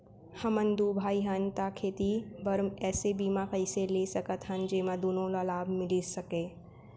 हमन दू भाई हन ता खेती बर ऐसे बीमा कइसे ले सकत हन जेमा दूनो ला लाभ मिलिस सकए?